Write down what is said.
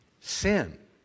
Sin